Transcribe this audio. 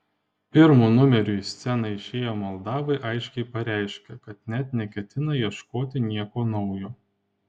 pirmu numeriu į sceną išėję moldavai aiškiai pareiškė kad net neketina ieškoti nieko naujo